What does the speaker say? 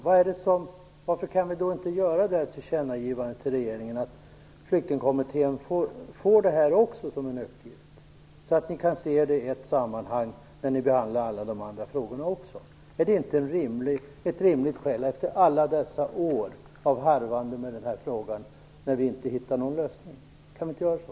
Varför kan vi inte göra ett tillkännagivande till regeringen om att Flyktingkommittén även får denna uppgift? Då kan ni se det hela i ett sammanhang även när ni behandlar de andra frågorna. Är det inte rimligt efter alla dessa år av harvande i denna fråga och där någon lösning inte har hittats? Kan vi inte göra så?